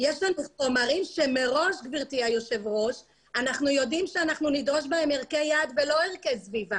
חומרים שמראש אנחנו יודעים שאנחנו נדרוש בהם ערכי יעד ולא ערכי סביבה